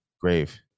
grave